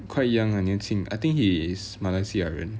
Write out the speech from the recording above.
quite young ah 年轻 I think he is 马来西亚人